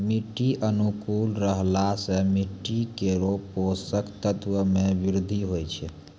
मिट्टी अनुकूल रहला सँ मिट्टी केरो पोसक तत्व म वृद्धि होय छै